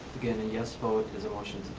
again, a yes vote is a motion